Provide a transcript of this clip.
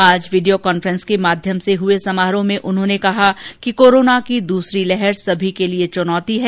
आज video conference के माध्यम से हुये समारोह में उन्होने कहा कि कोरोना की दूसरी लहर सभी के लिये चुनौती है